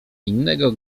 innego